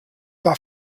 war